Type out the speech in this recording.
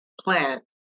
plant